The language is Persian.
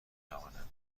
بتوانم